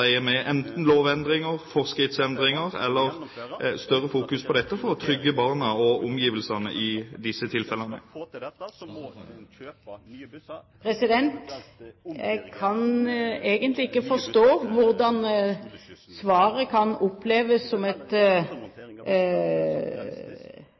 enten med lovendring, forskriftsendringer eller et større fokus på dette – for å trygge barna og omgivelsene i disse tilfellene? Jeg kan egentlig ikke forstå hvordan svaret kan oppleves som om Regjeringen ikke tar fatt i disse problemstillingene. Hele svaret